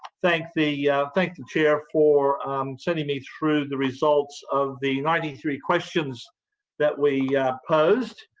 thank the yeah thank the chair for sending me through the results of the ninety three questions that we posed.